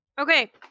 Okay